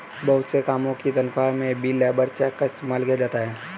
बहुत से कामों की तन्ख्वाह में भी लेबर चेक का इस्तेमाल किया जाता है